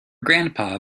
grandpa